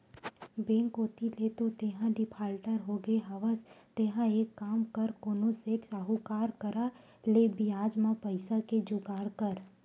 bank कोती ले तो तेंहा डिफाल्टर होगे हवस तेंहा एक काम कर कोनो सेठ, साहुकार करा ले बियाज म पइसा के जुगाड़ कर